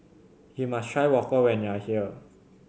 you must try waffle when you are here